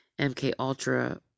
MKUltra